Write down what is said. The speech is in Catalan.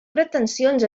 pretensions